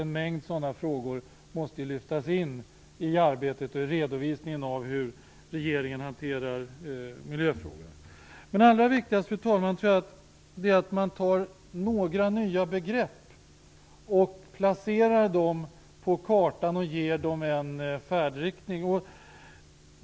En mängd sådana frågor måste således lyftas in i arbetet och i redovisningen av hur regeringen hanterar miljöfrågorna. Men allra viktigast tror jag att det är att man tar några nya begrepp och placerar dem på kartan samtidigt som de får en färdriktning.